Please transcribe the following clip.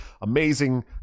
amazing